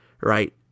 right